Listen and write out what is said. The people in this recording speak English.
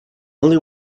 only